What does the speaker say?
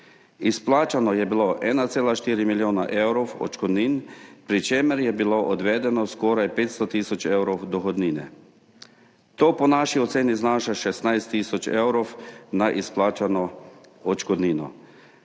Izplačano je bilo 1,4 milijona evrov odškodnin, pri čemer je bilo odvedeno skoraj 500 tisoč evrov dohodnine. To po naši oceni znaša 16 tisoč evrov plačane dohodnine